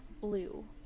blue